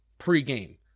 pregame